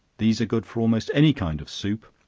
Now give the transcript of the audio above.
these are good for almost any kind of soup,